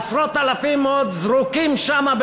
עשרות אלפים עוד זרוקים שם,